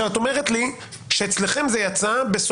כמה יצאו אצלכם,